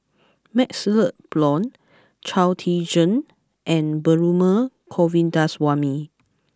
Maxle Blond Chao Tzee Cheng and Perumal Govindaswamy